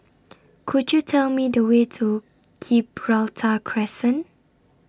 Could YOU Tell Me The Way to Gibraltar Crescent